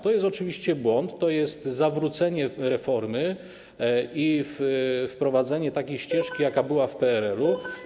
To jest oczywiście błąd, to jest zawrócenie reformy i wprowadzenie takiej ścieżki, jaka była w PRL-u.